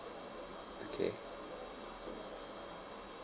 okay